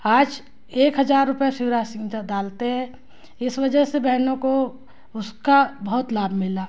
आज एक हज़ार रुपये शिवराज सिंह डालते हैं इस वजह से बहनों को उसका बहुत लाभ मिला